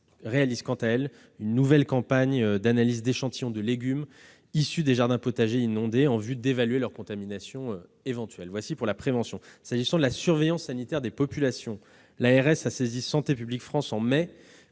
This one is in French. réalise, quant à elle, une nouvelle campagne d'analyse d'échantillons de légumes issus des jardins potagers inondés en vue d'évaluer leur éventuelle contamination. En termes de surveillance sanitaire des populations, l'ARS a saisi Santé publique France en mai